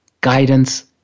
guidance